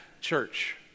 church